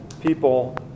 people